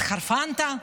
התחרפנת?